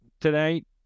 tonight